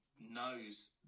knows